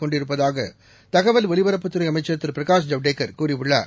கொண்டிருப்பதாக தகவல் ஒலிபரப்புத்துறை அமைச்சர் திரு பிரகாஷ் ஜவடேகர் கூறியுள்ளார்